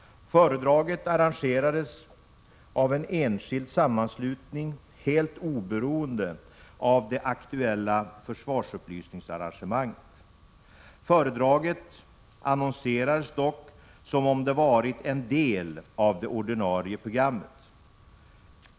Föredraget arrangerades av en enskild sammanslutning helt oberoende av det aktuella försvarsupplysningsarrangemanget. Föredraget annonserades dock som om det varit en del av det ordinarie programmet.